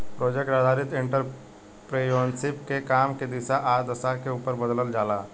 project आधारित entrepreneurship के काम के दिशा आ दशा के उपर बदलल जाला